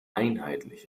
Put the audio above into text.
einheitlich